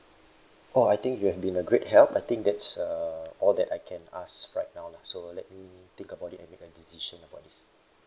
oh I think you have been a great help I think that's uh all that I can ask right now lah so let me think about it and make a decision about this